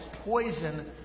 poison